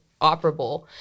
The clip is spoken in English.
operable